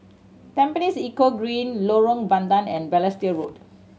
Tampines Eco Green Lorong Bandang and Balestier Road